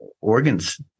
organs